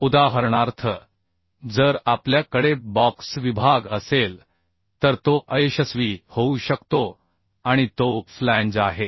उदाहरणार्थ जर आपल्या कडे बॉक्स विभाग असेल तर तो अयशस्वी होऊ शकतो आणि तो फ्लॅंज आहे